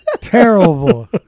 Terrible